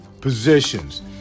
positions